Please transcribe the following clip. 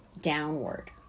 downward